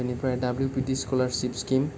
बेनिफ्राय W P T scholarship scheme